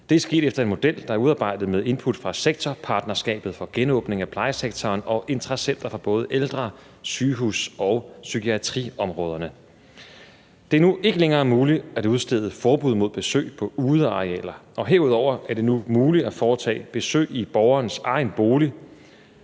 Det er sket efter en model, der er udarbejdet med input fra sektorpartnerskabet for genåbning af plejesektoren og interessenter fra både ældre-, sygehus- og psykiatriområderne. Det er nu ikke længere muligt at udstede forbud mod besøg på udearealer, og herudover er det nu muligt at foretage besøg i borgerens egen bolig